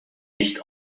nicht